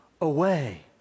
away